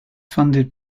funded